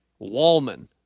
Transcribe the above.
Wallman